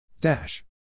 Dash